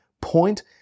point